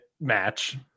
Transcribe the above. match